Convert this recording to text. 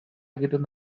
egiten